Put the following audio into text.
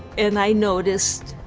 and i noticed